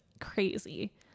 crazy